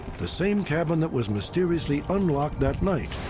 the same cabin that was mysteriously unlocked that night.